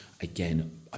again